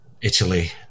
Italy